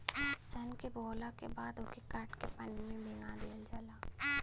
सन के बोवला के बाद ओके काट के पानी में भीगा दिहल जाला